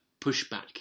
pushback